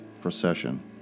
procession